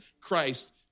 Christ